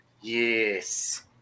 yes